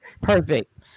Perfect